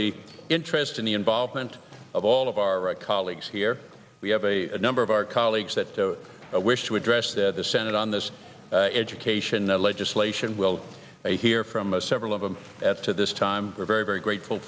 the interest in the involvement of all of our right colleagues here we have a number of our colleagues that wish to address that the senate on this education legislation will hear from several of them as to this time are very very grateful